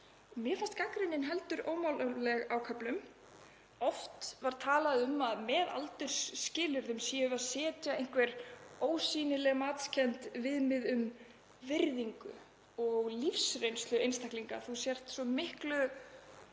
Mér fannst gagnrýnin heldur ómálefnaleg á köflum. Oft var talað um að með aldursskilyrðum séum við að setja einhver ósýnileg matskennd viðmið um virðingu og lífsreynslu einstaklinga. Þú sért svo miklu